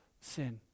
sin